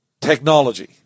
technology